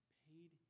paid